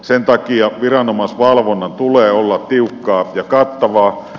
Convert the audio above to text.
sen takia viranomaisvalvonnan tulee olla tiukkaa ja kattavaa